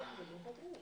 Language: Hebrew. מי רצה עוד לדבר?